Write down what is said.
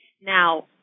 Now